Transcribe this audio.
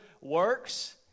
works